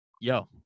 yo